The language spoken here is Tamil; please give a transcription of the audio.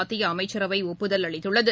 மத்திய அமைச்சரவை ஒப்புதல் அளித்துள்ளது